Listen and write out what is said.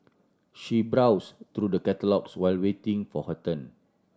she browse through the catalogues while waiting for her turn